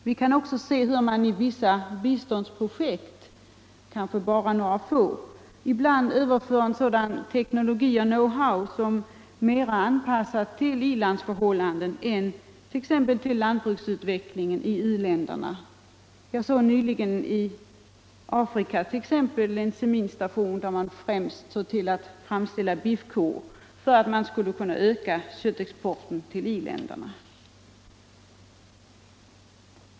Vi kan också konstatera att i vissa biståndsprojekt — kanske bara några få — överförs en sådan teknologi och knowhow som är mera anpassad till i-landsförhållanden än till t.ex. lantbruksutveckling i u-länder. Jag såg nyligen i Afrika en seminstation, där man främst framställde biffkor för att kunna öka köttexporten till i-länderna.